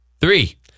Three